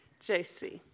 JC